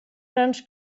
grans